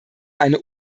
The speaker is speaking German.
eine